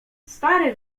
stary